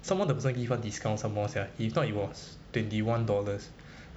some more the person give us discount some more sia if not it was twenty one dollars